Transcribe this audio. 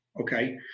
Okay